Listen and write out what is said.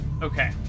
Okay